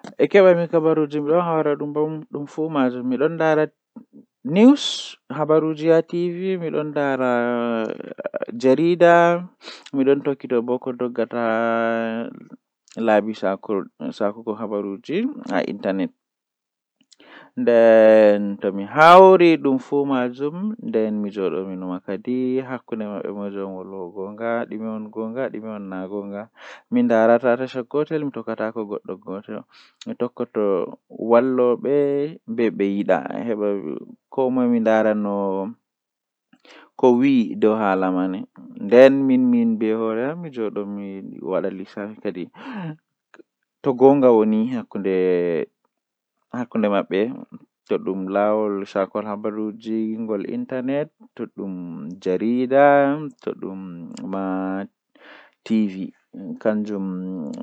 Ndikkinami mi dilli haa dow keke taya didi ngam kanjum do mi dillan feere am nden mi yahan mi yotta wakkati jei mi mari haaje wala mo darni am walamo